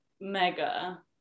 mega